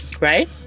right